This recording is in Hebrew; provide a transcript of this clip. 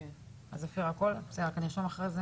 בסדר, נכון.